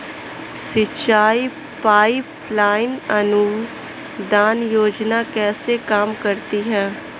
सिंचाई pipeline अनुदान योजना कैसे काम करती है?